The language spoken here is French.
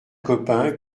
copain